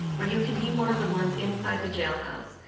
or you can be one of the ones inside the jail house,